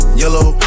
yellow